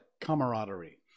camaraderie